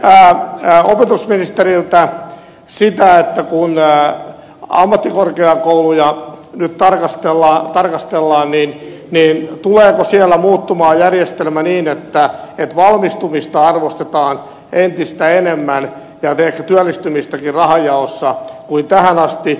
kysyn opetusministeriltä sitä että kun ammattikorkeakouluja nyt tarkastellaan niin tuleeko siellä muuttumaan järjestelmä niin että valmistumista arvostetaan entistä enemmän ja ehkä työllistymistäkin rahanjaossa kuin tähän asti